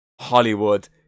Hollywood